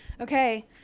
okay